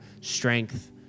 strength